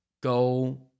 go